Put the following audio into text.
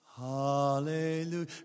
Hallelujah